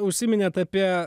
užsiminėt apie